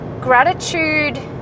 gratitude